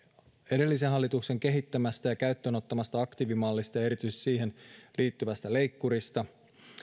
edellisen hallituksen kehittämästä ja käyttöön ottamasta aktiivimallista ja erityisesti siihen liittyvästä leikkurista